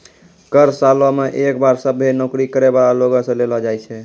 कर सालो मे एक बार सभ्भे नौकरी करै बाला लोगो से लेलो जाय छै